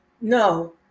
No